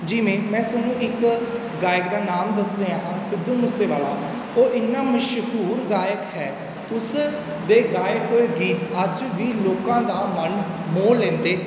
ਜਿਵੇਂ ਮੈਂ ਤੁਹਾਨੂੰ ਇੱਕ ਗਾਇਕ ਦਾ ਨਾਮ ਦੱਸ ਰਿਹਾ ਹਾਂ ਸਿੱਧੂ ਮੂਸੇਵਾਲਾ ਉਹ ਇੰਨਾ ਮਸ਼ਹੂਰ ਗਾਇਕ ਹੈ ਉਸ ਦੇ ਗਾਏ ਹੋਏ ਗੀਤ ਅੱਜ ਵੀ ਲੋਕਾਂ ਦਾ ਮਨ ਮੋਹ ਲੈਂਦੇ